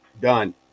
done